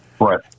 right